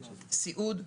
סיעוד,